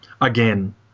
again